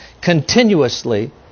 continuously